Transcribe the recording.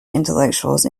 intellectuals